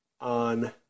on